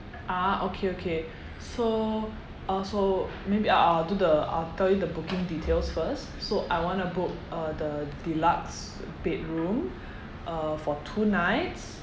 ah okay okay so uh so maybe I'll I'll do the I'll tell you the booking details first so I want to book uh the deluxe bedroom uh for two nights